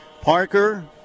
Parker